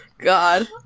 god